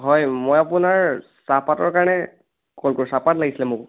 হয় মই আপোনাৰ চাহপাতৰ কাৰণে কল কৰিছিলোঁ চাহপাত লাগিছিলে মোক